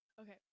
Okay